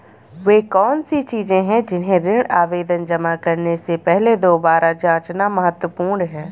वे कौन सी चीजें हैं जिन्हें ऋण आवेदन जमा करने से पहले दोबारा जांचना महत्वपूर्ण है?